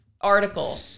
article